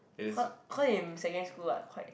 her her in secondary school eh quite